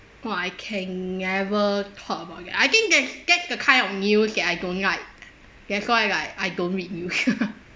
!wah! I can never thought about it I think that's that's the kind of news that I don't like that's why like I don't read news